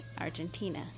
argentina